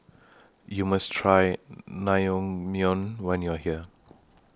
YOU must Try Naengmyeon when YOU Are here